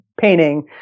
painting